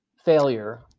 failure